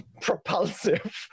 propulsive